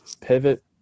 pivot